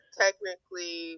technically